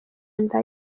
inda